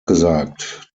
gesagt